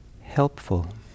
helpful